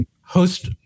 host